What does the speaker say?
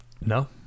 No